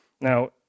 Now